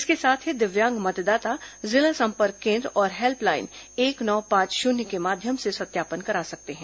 इसके साथ ही दिव्यांग मतदाता जिला संपर्क केन्द्र और हेल्पलाइन एक नौ पांच शून्य के माध्यम से सत्यापन करा सकते हैं